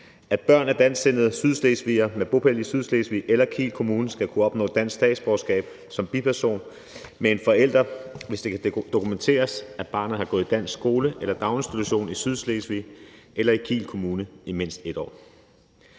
at børn af dansksindede sydslesvigere med bopæl i Sydslesvig eller Kiel Kommune skal kunne opnå dansk statsborgerskab som biperson til en forælder, hvis det kan dokumenteres, at barnet har gået i dansk skole eller daginstitution i Sydslesvig eller i Kiel Kommune i mindst 1 år;